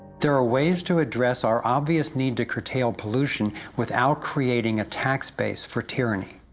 there are ways to address our obvious need to curtail pollution without creating a tax base for tyranny.